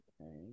Okay